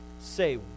Say